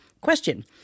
Question